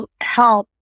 help